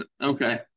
Okay